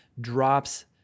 drops